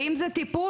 אם זה טיפול,